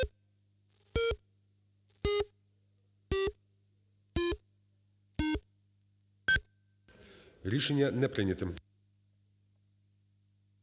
Рішення не прийнято.